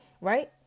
right